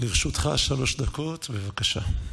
לרשותך שלוש דקות, בבקשה.